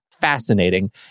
fascinating